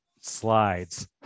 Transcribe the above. slides